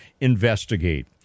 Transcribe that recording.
investigate